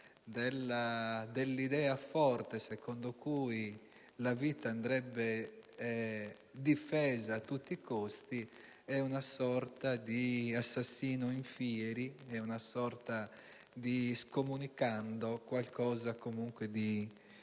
dell'idea forte secondo cui la vita andrebbe difesa a tutti i costi, è una sorta di assassino *in fieri*, è una sorta di scomunicando, qualcosa comunque di